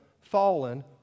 fallen